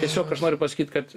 tiesiog aš noriu pasakyt kad